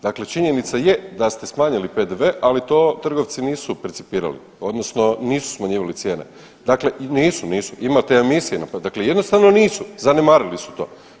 Dakle, činjenica je da ste smanjili PDV, ali to trgovci nisu percipirali odnosno nisu smanjivali cijene, nisu, nisu, imate … dakle jednostavno nisu zanemarili su to.